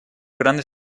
grande